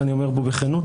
ואני אומר פה בכנות,